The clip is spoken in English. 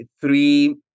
three